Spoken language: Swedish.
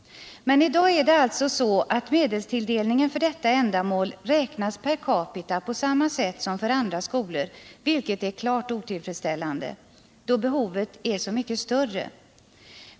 Men i dag är det så att medelstilldelningen för detta ändamål räknas per capita på samma sätt som för andra skolor, vilket är klart otillfredsställande då behovet här är så mycket större.